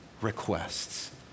requests